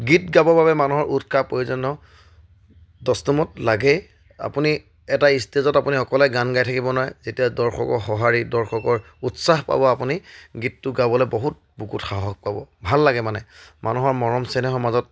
গীত গাবৰ বাবে মানুহৰ উৎসাহ প্ৰয়োজন দস্তুৰমত লাগেই আপুনি এটা ষ্টেজত আপুনি অকলে গান গাই থাকিব নোৱাৰে যেতিয়া দৰ্শকৰ সঁহাৰি দৰ্শকৰ উৎসাহ পাব আপুনি গীতটো গাবলৈ বহুত বুকুত সাহস পাব ভাল লাগে মানে মানুহৰ মৰম চেনেহৰ মাজত